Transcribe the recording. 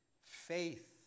faith